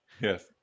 Yes